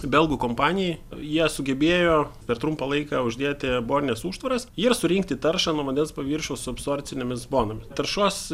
belgų kompanijai jie sugebėjo per trumpą laiką uždėti bonines užtvaras ir surinkti taršą nuo vandens paviršiaus absorbcinėmis bonomis taršos